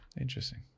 Interesting